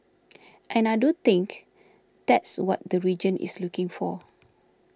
and I do think that's what the region is looking for